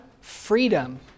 freedom